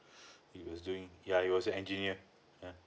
he was doing yeah he was a engineer yeah